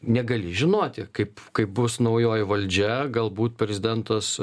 negali žinoti kaip kaip bus naujoji valdžia galbūt prezidentas